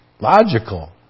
logical